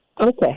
Okay